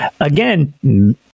again